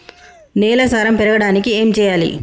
నేల సారం పెరగడానికి ఏం చేయాలి?